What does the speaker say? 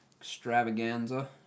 extravaganza